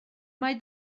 mae